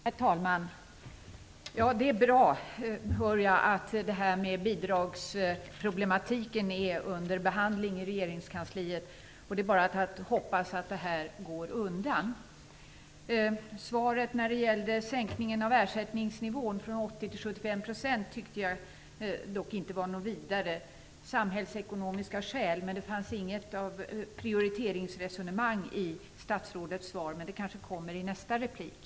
Herr talman! Det är bra att bidragsproblematiken är under behandling i regeringskansliet. Det är bara att hoppas att det går undan. Svaret på frågan om sänkningen av ersättningsnivån från 80 % till 75 % tyckte jag inte var något vidare. Samhällsekonomiska skäl angavs, men det fanns inget prioriteringsresonemang i statsrådets svar. Men det kanske kommer i nästa replik.